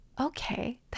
okay